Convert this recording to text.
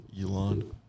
Elon